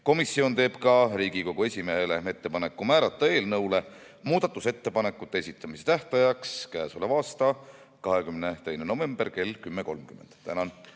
Komisjon teeb Riigikogu esimehele ettepaneku määrata eelnõu muudatusettepanekute esitamise tähtajaks k.a 22. novembri kell 10.30. Tänan!